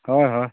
ᱦᱚᱭ ᱦᱚᱭ